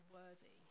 worthy